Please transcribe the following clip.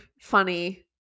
funny